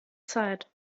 zeit